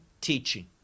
teaching